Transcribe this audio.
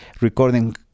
recording